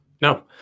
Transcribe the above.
no